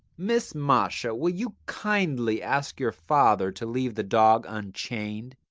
miss masha, will you kindly ask your father to leave the dog unchained?